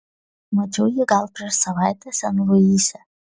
mačiau jį gal prieš savaitę sen luise